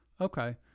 Okay